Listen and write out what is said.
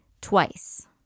twice